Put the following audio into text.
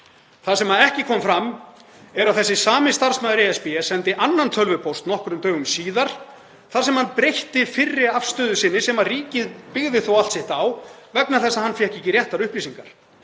Það sem ekki kom fram er að þessi sami starfsmaður ESB sendi annan tölvupóst nokkrum dögum síðar þar sem hann breytti fyrri afstöðu sinni sem ríkið byggði þó allt sitt á vegna þess að hann fékk ekki réttar upplýsingar.